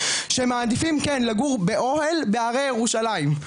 שמעדיפים כן לגור באוהל בהרי ירושלים,